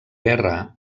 guerra